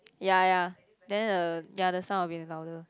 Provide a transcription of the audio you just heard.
ya ya then uh ya the sound will be louder